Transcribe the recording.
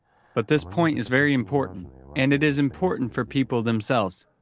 but this point is very important and it is important for people themselves.